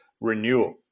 renewal